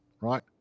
right